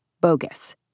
bogus